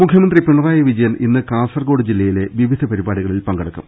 മുഖ്യമന്ത്രി പിണറായി വിജയൻ ഇന്ന് കാസർകോട് ജില്ലയിലെ വിവിധ പരി പാടികളിൽ പങ്കെടുക്കും